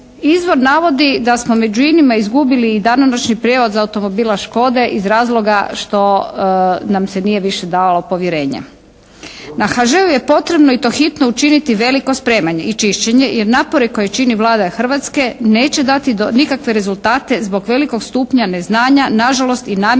Izvor navodi da smo među inima i izgubili i danonoćni prijevoz automobila «Škode» iz razloga što nam se nije više davalo povjerenja. Na HŽ-u je potrebno i to hitno učiniti veliko spremanje i čišćenje jer napore koje čini Vlada Hrvatske neće dati nikakve rezultate zbog velikog stupnja neznanja nažalost i namjerno